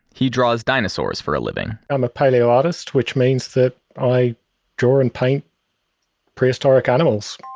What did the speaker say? he draws dinosaurs for a living i'm a paleo artist which means that i draw and paint prehistoric animals